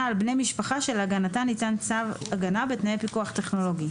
על בני משפחה שלהגעתם ניתן צו הגנה בתנאי פיקוח טכנולוגי,